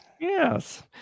yes